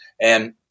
And-